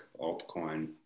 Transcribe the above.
altcoin